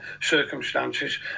circumstances